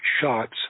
shots